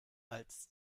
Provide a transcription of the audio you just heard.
als